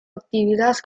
actividad